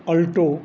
alto